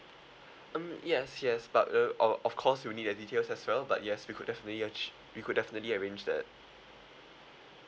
um yes yes but uh o~ of course we will need your details as well but yes we could definitely a~ we could definitely arrange that